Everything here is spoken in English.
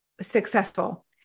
successful